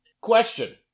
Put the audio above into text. Question